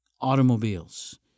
automobiles